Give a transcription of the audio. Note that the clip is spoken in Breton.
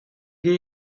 gêr